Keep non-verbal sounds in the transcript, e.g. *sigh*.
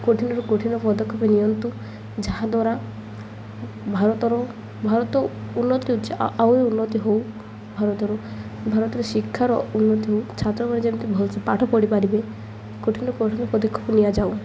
କଠିନ ରୁ କଠିନ ପଦକ୍ଷପେ ନିଅନ୍ତୁ ଯାହାଦ୍ୱାରା ଭାରତର ଭାରତ ଉନ୍ନତି ଅଛି ଆଉ ଉନ୍ନତି ହଉ ଭାରତର ଭାରତର ଶିକ୍ଷାର ଉନ୍ନତି ହଉ ଛାତ୍ର ଯେମିତି ଭଲସେ ପାଠ ପଢ଼ି ପାରିବେ କଠିନ *unintelligible* ପଦକ୍ଷେପ ନିଆଯାଉ